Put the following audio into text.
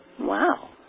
Wow